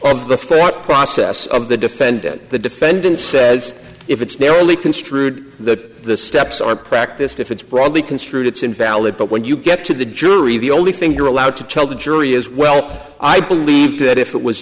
of the thought process of the defendant the defendant says if it's narrowly construed the steps are practiced if it's broadly construed it's invalid but when you get to the jury the only thing you're allowed to tell the jury is well i believe that if it was